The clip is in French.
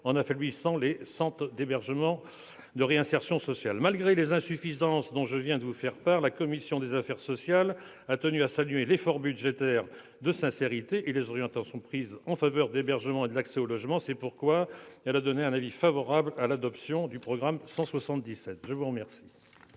en affaiblissant les centres d'hébergement et de réinsertion sociale. Malgré les insuffisances dont je viens de vous faire part, la commission des affaires sociales a tenu à saluer l'effort de sincérité budgétaire et les orientations prises en faveur de l'hébergement et de l'accès au logement. C'est pourquoi elle a donné un avis favorable sur l'adoption du programme 177. La parole